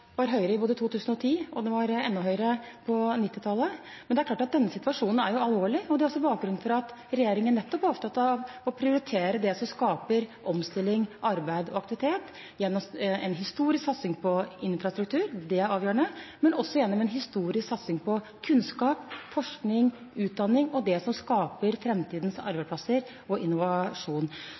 var høyere i 2010 og enda høyere på 1990-tallet. Men det er klart at denne situasjonen er alvorlig, og det er også bakgrunnen for at regjeringen nettopp er opptatt av å prioritere det som skaper omstilling, arbeid og aktivitet gjennom en historisk satsing på infrastruktur – det er avgjørende – og også gjennom en historisk satsing på kunnskap, forskning, utdanning og det som skaper framtidens arbeidsplasser og innovasjon.